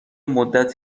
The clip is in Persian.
مدت